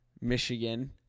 michigan